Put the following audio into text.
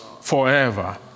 forever